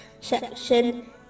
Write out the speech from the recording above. section